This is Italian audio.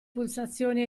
pulsazioni